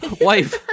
Wife